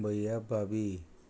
भया भाबी